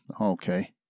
Okay